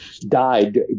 died